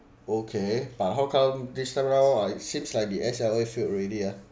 okay but how come this time round uh seems like the S_L_A failed already ah